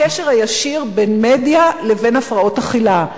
הקשר הישיר בין מדיה לבין הפרעות אכילה.